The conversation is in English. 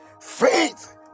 faith